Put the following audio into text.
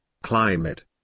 climate